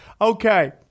Okay